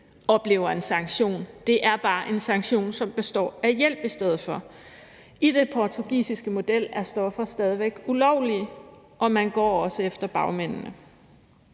oplever en sanktion; det er bare en sanktion, som består af hjælp i stedet for. I den portugisiske model er stoffer stadig væk ulovlige, og man går også efter bagmændene.